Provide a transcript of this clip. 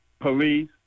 police